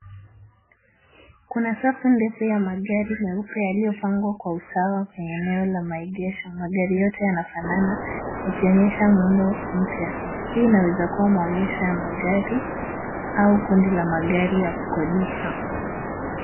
Kuna safu ndefu ya magari meupe yaliyopangwa kwa usawa kwenye eneo la maegesho. Magari yote yana fanana yakionyesha muundo mpya. Hii inaweza kuwa maonyesho ya magari au kundi la magari ya kukodisha.